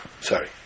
Sorry